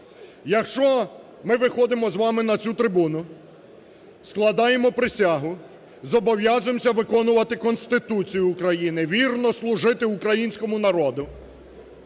Якщо ми виходимо з вами на цю трибуну, складаємо присягу, зобов'язуємося виконувати Конституцію України, вірно служити українському народу,